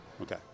Okay